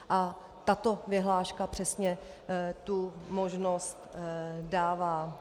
A tato vyhláška přesně tu možnost dává.